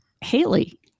Haley